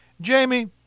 jamie